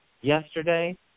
yesterday